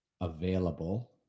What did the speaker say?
available